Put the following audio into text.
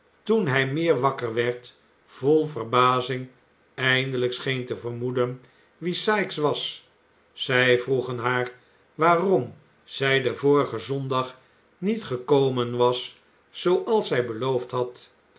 toen hij meer wakker werd vol verbazing eindelijk scheen te vermoeden wie sikes was zij vroegen haar waarom zij den vorigen zondag niet ge komen was zooals zij beloofd had